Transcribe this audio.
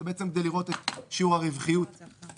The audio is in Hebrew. זה בעצם כדי לראות את שיעור הרווחיות בנוסחאות.